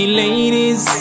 ladies